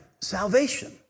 salvation